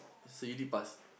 so you did pass